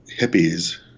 hippies